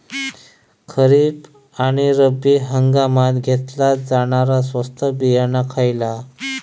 खरीप आणि रब्बी हंगामात घेतला जाणारा स्वस्त बियाणा खयला?